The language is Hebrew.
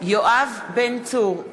יואב בן צור,